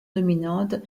dominante